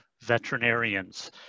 veterinarians